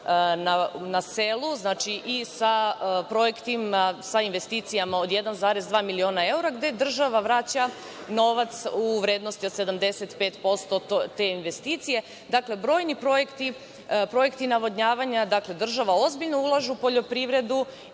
projektima, sa investicijama od 1,2 miliona evra gde država vraća novac u vrednosti od 75% od te investicije. Dakle, brojni projekti, projekti navodnjavanja, država ozbiljno ulaže u poljoprivredu